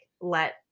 let